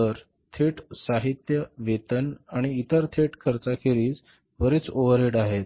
तर थेट साहित्य वेतन आणि इतर थेट खर्चाखेरीज बरेच ओव्हरहेड आहेत